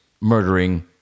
murdering